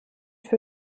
für